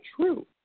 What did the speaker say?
true